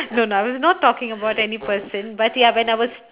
no no I was not talking about any person but ya when I was